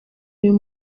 uyu